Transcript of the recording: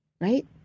right